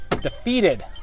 defeated